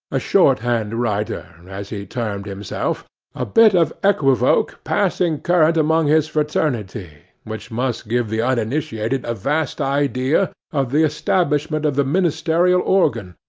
a shorthand-writer, as he termed himself a bit of equivoque passing current among his fraternity, which must give the uninitiated a vast idea of the establishment of the ministerial organ,